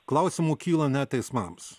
klausimų kyla net teismams